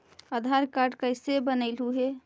आधार card कईसे बनैलहु हे?